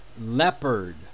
leopard